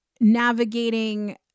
navigating